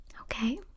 Okay